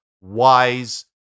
wise